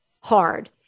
hard